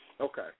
Okay